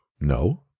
No